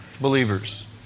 believers